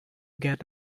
get